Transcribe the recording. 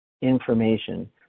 information